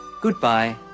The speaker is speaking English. Goodbye